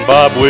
Bob